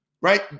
right